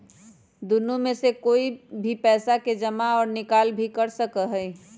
दुन्नो में से कोई भी पैसा के जमा और निकाल भी कर सका हई